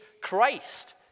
Christ